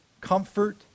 comfort